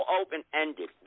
open-ended